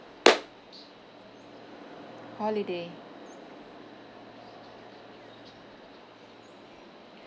holiday